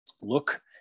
look